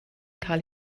cael